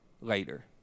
later